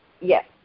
Yes